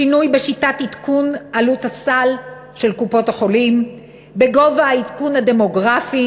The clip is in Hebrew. שינוי בשיטת עדכון עלות הסל של קופות-החולים בגובה העדכון הדמוגרפי